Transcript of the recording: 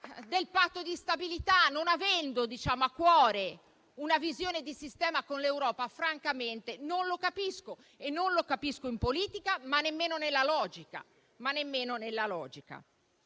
del Patto di stabilità, non avendo a cuore una visione di sistema con l'Europa? Francamente non lo capisco, né in politica né nella logica.